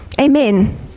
Amen